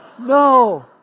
no